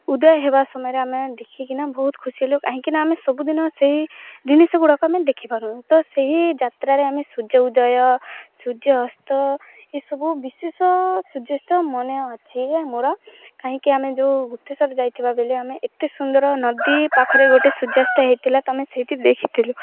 ଉଦୟ ହେବା ସମୟରେ ଆମେ ଦେଖିକିନା ବହୁତ ଖୁସି ହେଲୁ କାହିଁକିନା ଆମେ ସବୁଦିନ ସେହି ଜିନିଷ ଗୁଡ଼ାକ ଆମେ ଦେଖିପାରୁୁ ତ ସେହି ଯାତ୍ରାରେ ଆମେ ସୂର୍ଯ୍ୟ ଉଦୟ ସୂର୍ଯ୍ୟ ଅସ୍ତ ଏସବୁ ବିଶେଷ ସୂର୍ଯ୍ୟାସ୍ତ ମନେ ଅଛି ମୋର କାହିଁକି ଆମେ ଯୋଉ ଗୁପ୍ତେଶ୍ଵର ଯାଇଥିବା ବେଳେ ଆମେ ଏତେ ସୁନ୍ଦର ନଦୀ ପାଖରେ ଗୋଟିଏ ସୂର୍ଯ୍ୟାସ୍ତ ହୋଇଥିଲା ତ ଆମେ ସେଇଠି ଦେଖିଥିଲୁ